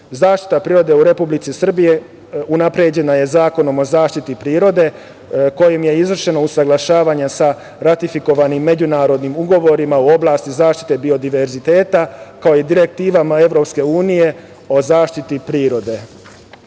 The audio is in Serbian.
Zaštita prirode u Republici Srbiji je unapređena Zakonom o zaštiti prirode kojim je izvršeno usaglašavanje sa ratifikovanim međunarodnim ugovorima u oblasti zaštite biodiverziteta, kao i direktivama EU o zaštiti prirode. Kada